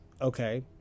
okay